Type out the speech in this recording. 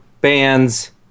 bands